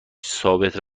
ثابت